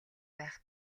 байх